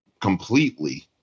completely